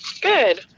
Good